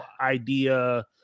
idea